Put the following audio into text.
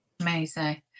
Amazing